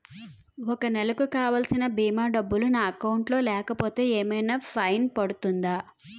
ఒక నెలకు కావాల్సిన భీమా డబ్బులు నా అకౌంట్ లో లేకపోతే ఏమైనా ఫైన్ పడుతుందా?